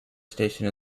station